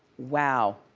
wow.